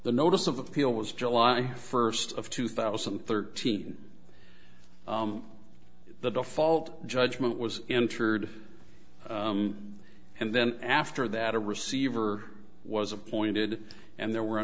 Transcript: the notice of appeal was july first of two thousand and thirteen the default judgment was entered and then after that a receiver was appointed and there were a